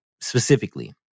specifically